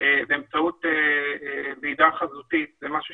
באמצעות ועידה חזותית, זה משהו